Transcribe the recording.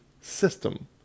system